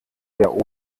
der